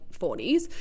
40s